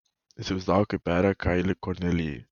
įsivaizdavo kaip peria kailį kornelijai